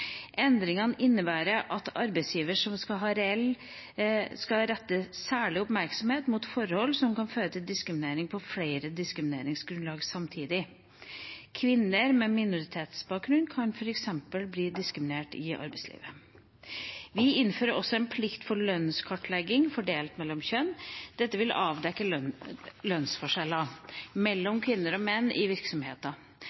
Endringene innebærer at arbeidsgiver skal rette særlig oppmerksomhet mot forhold som kan føre til diskriminering på flere diskrimineringsgrunnlag samtidig. Kvinner med minoritetsbakgrunn kan f.eks. bli diskriminert i arbeidslivet. Vi innfører også en plikt til lønnskartlegging fordelt mellom kjønn. Dette vil avdekke lønnsforskjeller